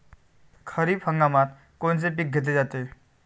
खरिप हंगामात कोनचे पिकं घेतले जाते?